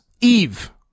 eve